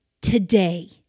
Today